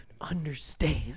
understand